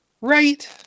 right